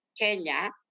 Kenya